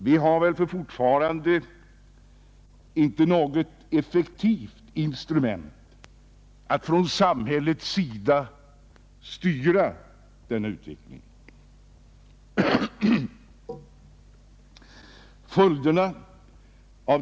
Vi har emellertid fortfarande inte något effektivt instrument att från samhällets sida styra denna utveckling.